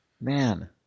man